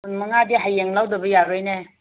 ꯀꯨꯟꯃꯉꯥꯗꯤ ꯍꯌꯦꯡ ꯂꯧꯗꯕ ꯌꯥꯔꯣꯏꯅꯦ